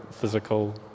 physical